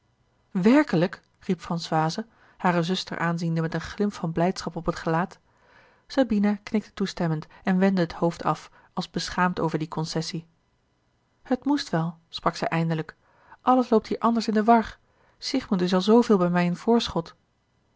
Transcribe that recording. werkelijk riep françoise hare zuster aanziende met een glimp van blijdschap op het gelaat sabina knikte toestemmend en wendde het hoofd af als beschaamd over die concessie het moest wel sprak zij eindelijk alles loopt hier anders in de war siegmund is al zooveel bij mij in voorschot